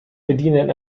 bedienen